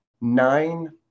nine